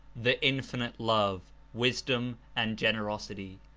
the infinite love, wisdom and generosity.